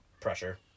pressure